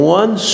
one